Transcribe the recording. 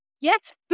Yes